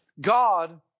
God